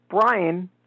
Brian